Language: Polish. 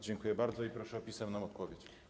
Dziękuję bardzo i proszę o pisemną odpowiedź.